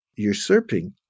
usurping